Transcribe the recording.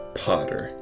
potter